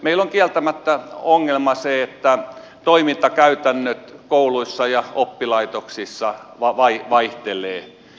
meillä on kieltämättä ongelma se että toimintakäytännöt kouluissa ja oppilaitoksissa vaihtelevat